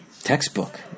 textbook